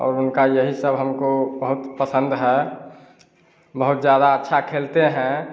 और उनका यही सब हमको बहुत पसन्द है बहुत ज़्यादा अच्छा खेलते हैं